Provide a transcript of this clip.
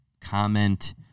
comment